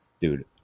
dude